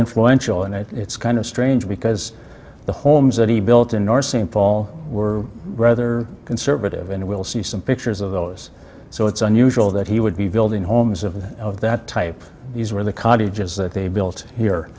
influential and it's kind of strange because the homes that he built in north st paul were rather conservative and we'll see some pictures of those so it's unusual that he would be building homes of that type these were the cottages that they built here